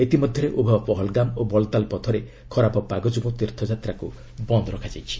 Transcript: ଇତିମଧ୍ୟରେ ଉଭୟ ପହଲ୍ଗାମ୍ ଓ ବଲ୍ତଲ୍ ପଥରେ ଖରାପ ପାଗ ଯୋଗୁଁ ତୀର୍ଥଯାତ୍ରାକୁ ବନ୍ଦ୍ ରଖାଯାଇଛି